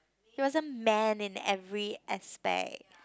he wasn't man in every aspect